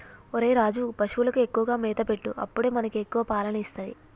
ఒరేయ్ రాజు, పశువులకు ఎక్కువగా మేత పెట్టు అప్పుడే మనకి ఎక్కువ పాలని ఇస్తది